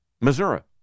Missouri